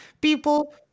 People